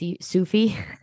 Sufi